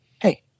hey